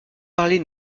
parler